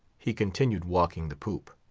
he continued walking the poop.